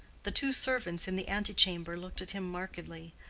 the two servants in the antechamber looked at him markedly,